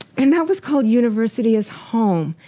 and that was called university is home.